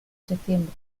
septiembre